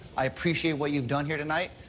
i appreciate what you've done here tonight,